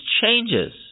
changes